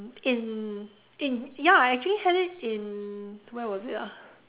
in in ya I actually had it in where was it ah